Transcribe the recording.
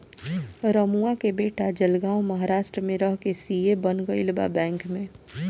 रमुआ के बेटा जलगांव महाराष्ट्र में रह के सी.ए बन गईल बा बैंक में